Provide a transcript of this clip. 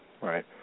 right